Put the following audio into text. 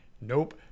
nope